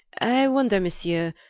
i wonder, monsieur,